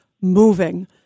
moving